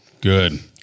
Good